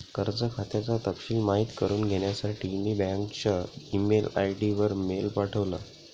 कर्ज खात्याचा तपशिल माहित करुन घेण्यासाठी मी बँकच्या ई मेल आय.डी वर मेल पाठवला